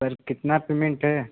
sir कितना payment है